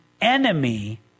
enemy